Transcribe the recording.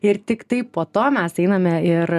ir tiktai po to mes einame ir